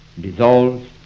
dissolves